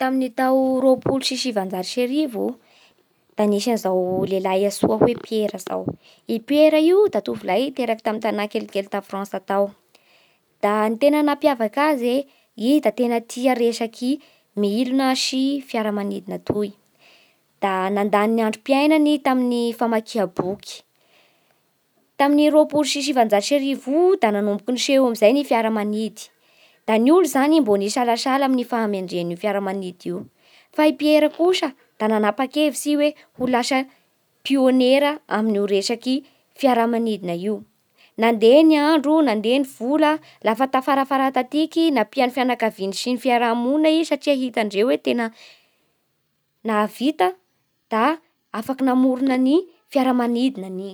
Tamin'ny tao roapolo sy sivanjato sy arivo, da nisy an'izao lehilahy nantsoa hoe Pierra zao. I Pierra io da tovolahy niteraky tamin'ny tanà kelikely tao frantsa tao. Da ny tena nampiavaky azy e i da tena tia resaky milona sy fiara manidina toy. Da nandany ny androm-piainany tamin'ny famakia boky. Tamin'ny tao roapolo sy sivanjato sy arivo io da nanomboky ny siho amin'izay ny fiara manidy. Da ny olo zany mbo nisalasala tamin'ny fahamendrehan'io fiara manidy io. Fa i Pierre kosa da nanapa-kevitsy i ho lasa pionera amin'ny bresaka fiara manidina io. Nandeha ny andro nandeha ny volà lafa tafarafara tatiky nampian'ny fianakaviany sy ny fiaraha-monina i satria hitandreo ho tena nahavita da afaka namorona ny fiara manidinany i.